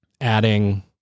adding